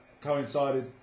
coincided